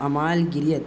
عمال گریت